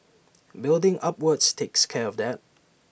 building upwards takes care of that